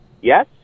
Yes